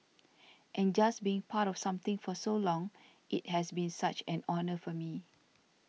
and just being part of something for so long it has been such an honour for me